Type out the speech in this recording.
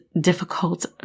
difficult